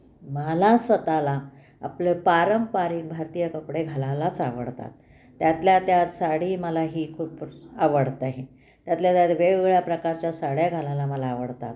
मला स्वतःला आपले पारंपरिक भारतीय कपडे घालायलाच आवडतात त्यातल्या त्यात साडी मला ही खूप आवडत आहे त्यातल्या त्यात वेगवेगळ्या प्रकारच्या साड्या घालायला मला आवडतात